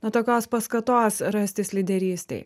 na tokios paskatos rastis lyderystei